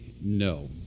no